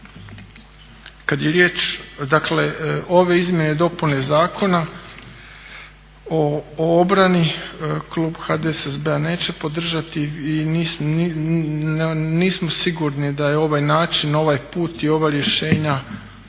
Kad je riječ, dakle ove izmjene i dopune Zakona o obrani klub HDSSB-a neće podržati i nismo sigurni da je ovaj način, ovaj put i ova rješenja